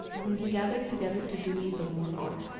whom he gathered together to do me the more honour.